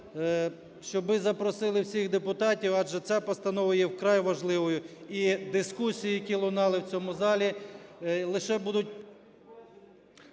щоб ви запросили всіх депутатів, адже ця постанова є вкрай важливою. І дискусії, які лунали в цьому залі, лише будуть…